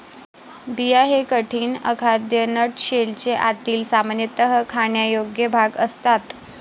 बिया हे कठीण, अखाद्य नट शेलचे आतील, सामान्यतः खाण्यायोग्य भाग असतात